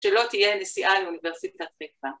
‫שלא תהיה נסיעה לאוניברסיטת פקפא.